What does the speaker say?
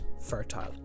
fertile